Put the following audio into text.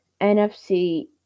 NFC